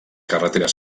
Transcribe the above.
carreteres